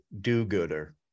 do-gooder